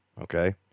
okay